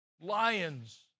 lions